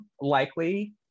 likely